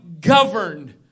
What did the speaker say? governed